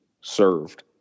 served